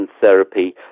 therapy